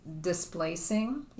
displacing